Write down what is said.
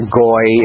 goy